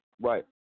Right